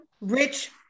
rich